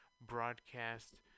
broadcast